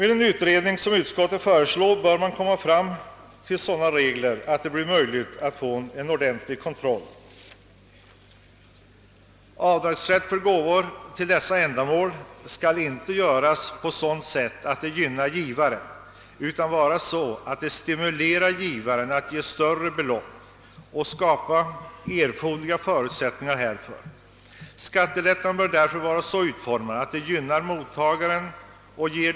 Den utredning som utskottsmajoriteten föreslår bör dock leda till sådana regler att det blir möjligt att få en ordentlig kontroll. Avdragsrätt för gåvor till allmännyttiga' ändamål skall inte lämnas på sådant sätt att de gynnar givaren, utan den skall stimulera honom att ge större belopp genom att skapa erforderliga förutsättningar härför. Skattelättnaden bör därför vara så utformad att den gynnar mottagaren och ger.